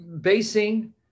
basing